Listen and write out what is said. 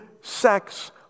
sex